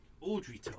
Audrey